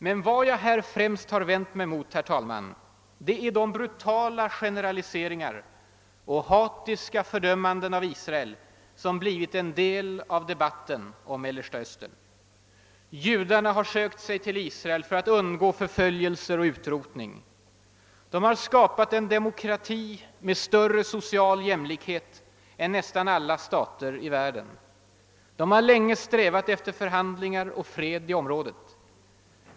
Men vad jag främst vänt mig emot är de brutala generaliseringar och hatiska fördömanden av Israel som blivit en del av debatten om Mellersta Östern. Judarna har sökt sig till Israel för att undgå förföljelser och utrotning. De har skapat en demokrati med större social jämlikhet än nästan alla stater i världen. De har länge strävat efter förhandlingar och fred i området.